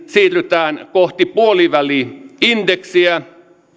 siirrytään kohti puoliväli indeksiä